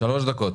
שלוש דקות.